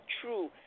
true